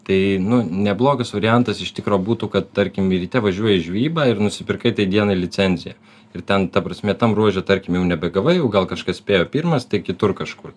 tai nu neblogas variantas iš tikro būtų kad tarkim ryte važiuoji į žvejybą ir nusipirkai tai dienai licenciją ir ten ta prasme tam ruože tarkim jau nebegavai jau gal kažkas spėjo pirmas tai kitur kažkur